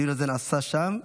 הדיון הזה נעשה שם.